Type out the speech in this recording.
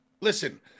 Listen